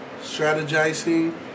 strategizing